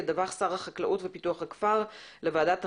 ידווח שר החקלאות ופיתוח הכפר לוועדת החינוך,